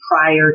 prior